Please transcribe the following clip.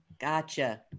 Gotcha